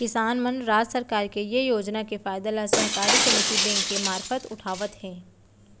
किसान मन राज सरकार के ये योजना के फायदा ल सहकारी समिति बेंक के मारफत उठावत हें